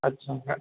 अच्छा